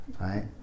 right